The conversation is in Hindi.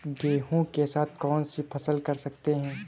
गेहूँ के साथ कौनसी फसल कर सकते हैं?